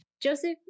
Joseph